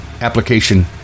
application